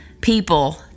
people